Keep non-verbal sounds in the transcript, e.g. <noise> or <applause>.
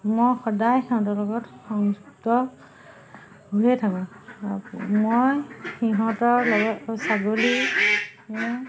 মই সদায় সিহঁতৰ লগত সংযুক্ত হৈয়ে থাকোঁ <unintelligible> মই সিহঁতৰ লগত ছাগলী <unintelligible>